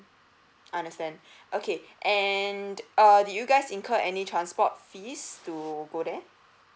understand okay and err you guys incur any transport fees to go there